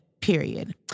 period